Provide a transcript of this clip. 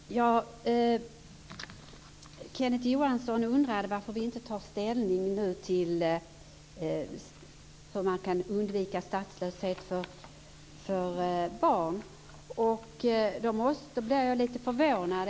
Fru talman! Kenneth Johansson undrade över varför vi inte tar ställning till hur statslöshet kan undvikas för barn. Jag blir lite förvånad.